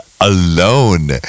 alone